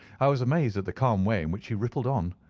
i was amazed at the calm way in which he rippled on.